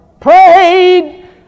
prayed